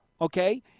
okay